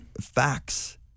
facts